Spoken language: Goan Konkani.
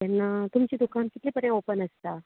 हां तेन्ना तुमची दुकान कितल्यांक पऱ्यांत ओपन आसता